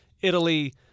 Italy